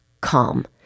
calm